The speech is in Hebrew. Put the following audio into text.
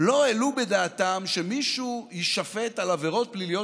לא העלו בדעתם שמישהו יישפט על עבירות פליליות